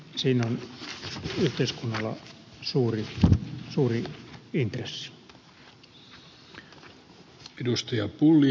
siinä on yhteiskunnalla suuri intressi